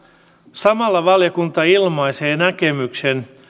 samalla valiokunta ilmaisee näkemyksen